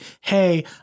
hey